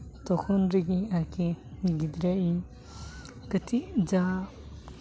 ᱛᱚᱠᱷᱚᱱ ᱨᱮᱜᱮ ᱟᱨᱠᱤ ᱜᱤᱫᱽᱨᱟᱹ ᱤᱧ ᱠᱟᱹᱴᱤᱡ ᱡᱟᱦᱟᱸ